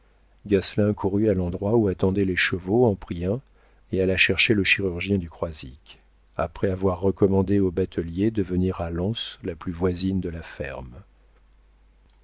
courut à l'endroit où attendaient les chevaux en prit un et alla chercher le chirurgien du croisic après avoir recommandé aux bateliers de venir à l'anse la plus voisine de la ferme